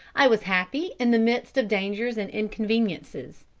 i was happy in the midst of dangers and inconveniences.